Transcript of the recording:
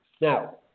Now